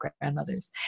grandmothers